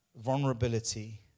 Vulnerability